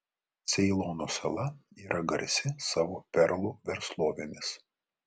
ceilono sala yra garsi savo perlų verslovėmis